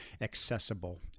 accessible